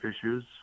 issues